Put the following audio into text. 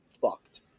fucked